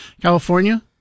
California